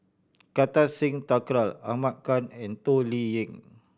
Kartar Singh Thakral Ahmad Khan and Toh Liying